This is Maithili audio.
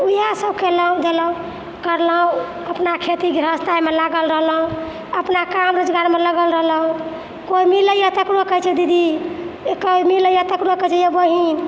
तऽ यहऽ सभ केलहुॅं गेलहुॅं करलहुॅं अपना खेती गृहस्थीमे लागल रहलहुॅं अपना काम रोजगारमे लागल रहलहुॅं कोइ मिलेया तेकरो कहै छियै दीदी कोइ मिलैया तेकरो कहै छियै ये बहिन